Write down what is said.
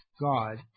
God